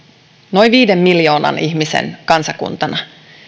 noin viiden miljoonan ihmisen kansakuntana